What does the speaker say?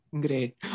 Great